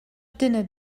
dinner